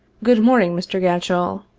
good morning, mr. gatchell